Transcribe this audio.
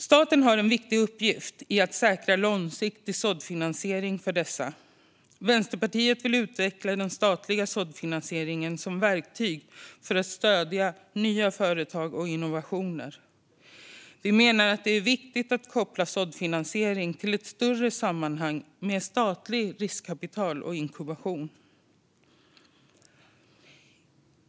Staten har en viktig uppgift i att säkra långsiktig såddfinansiering för dessa. Vänsterpartiet vill utveckla den statliga såddfinansieringen som verktyg för att stödja nya företag och innovationer. Vi menar att det är viktigt att koppla såddfinansiering till ett större sammanhang med statligt riskkapital och inkubation.